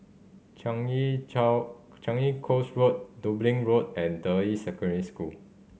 Changi Changi Coast Road Dublin Road and Deyi Secondary School